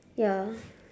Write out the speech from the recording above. ya